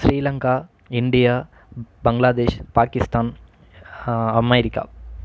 Sri Lanka India Bangladesh Pakistan America